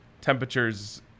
temperatures